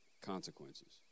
consequences